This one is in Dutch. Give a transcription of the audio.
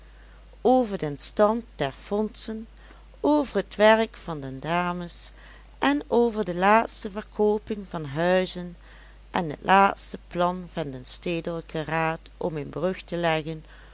over den stand der fondsen over het werk van de dames en over de laatste verkooping van huizen en het laatste plan van den stedelijken raad om een brug te leggen